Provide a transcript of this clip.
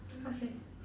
okay